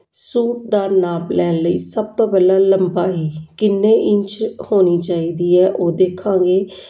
suit ਦਾ ਨਾਪ ਲੈਣ ਲਈ ਸਭ ਤੋਂ ਪਹਿਲਾਂ ਲੰਬਾਈ ਕਿੰਨੇ ਇੰਚ ਹੋਣੀ ਚਾਹੀਦੀ ਹੈ ਉਹ ਦੇਖਾਂਗੇ